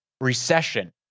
recession